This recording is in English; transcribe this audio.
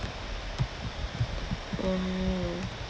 mm